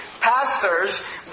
pastors